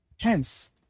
Hence